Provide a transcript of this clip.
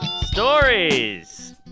Stories